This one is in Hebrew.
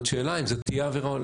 זאת שאלה אם זו תהיה עבירה.